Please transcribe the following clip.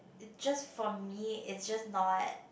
just for me is just not